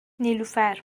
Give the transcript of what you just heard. نیلوفرمن